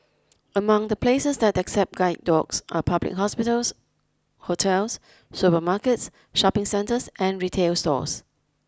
among the places that accept guide dogs are public hospitals hotels supermarkets shopping centres and retail stores